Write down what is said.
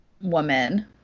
woman